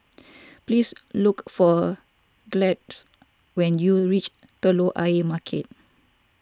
please look for Gladys when you reach Telok Ayer Market